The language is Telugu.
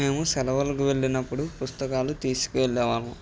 మేము సెలవులకు వెళ్ళినప్పుడు పుస్తకాలు తీసుకువెళ్ళేవాళ్ళం